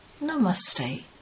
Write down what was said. Namaste